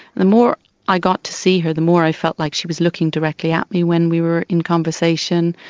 the more i got to see her the more i felt like she was looking directly at me when we were in conversation.